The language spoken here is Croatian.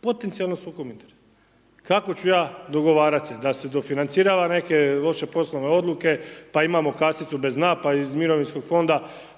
Potencijalno u sukobu interesa. Kako ću ja dogovarate se, da se dofinancirala neke loše poslovne odluke, pa imamo kasicu bez napa iz mirovinskog fonda